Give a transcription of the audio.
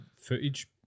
footage